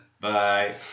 Bye